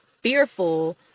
fearful